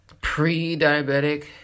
pre-diabetic